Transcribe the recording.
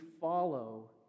follow